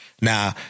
Now